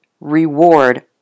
reward